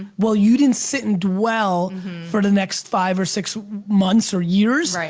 well you didn't sit and dwell for the next five or six months or years, like